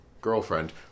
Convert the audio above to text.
girlfriend